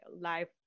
life